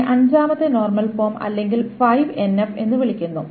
ഇതിനെ അഞ്ചാമത്തെ normal form അല്ലെങ്കിൽ 5NF എന്ന് വിളിക്കുന്നു